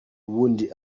ubundi